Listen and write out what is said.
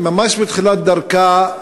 ממש בתחילת דרכה,